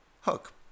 hook